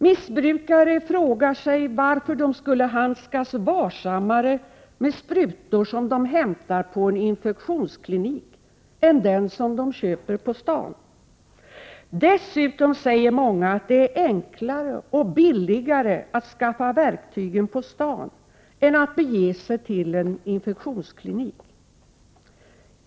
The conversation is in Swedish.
Missbrukare frågar sig varför de skulle handskas varsammare med sprutor som de hämtar på en infektionsklinik än med dem som de köper på stan. Dessutom säger många att det är enklare och billigare att skaffa verktygen på stan än att bege sig till en infektionsklinik.